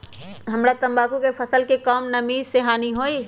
हमरा तंबाकू के फसल के का कम नमी से हानि होई?